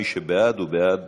מי שבעד, הוא בעד